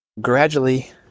gradually